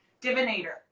divinator